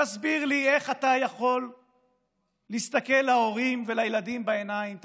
תסביר לי איך אתה יכול להסתכל להורים ולילדים בעיניים.